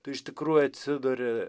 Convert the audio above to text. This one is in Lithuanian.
tu iš tikrųjų atsiduri